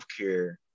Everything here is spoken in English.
healthcare